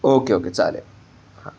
okay okay चालेल हां